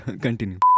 Continue